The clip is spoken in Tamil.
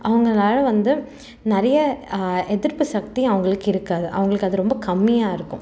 அவங்களால வந்து நிறைய எதிர்ப்புசக்தி அவங்களுக்கு இருக்காது அவங்களுக்கு அது ரொம்ப கம்மியாக இருக்கும்